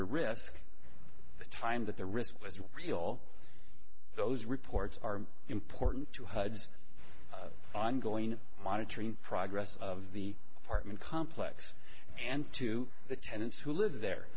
the risk the time that the risk was real those reports are important to hud's ongoing monitoring progress of the apartment complex and to the tenants who live there